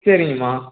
சரிங்கம்மா